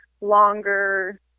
longer –